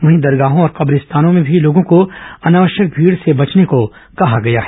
वहीं दरगाहों और कब्रिस्तानों में भी लोगों को अनावश्यक भीड़ से बचने को कहा गया है